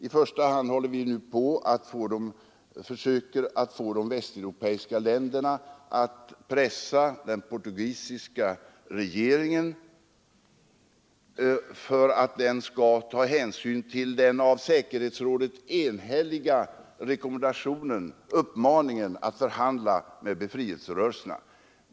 I första hand försöker vi få de västeuropeiska länderna att pressa den portugisiska regeringen att ta hänsyn till den av säkerhetsrådet gjorda enhälliga uppmaningen att förhandla med befrielserörelserna.